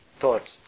thoughts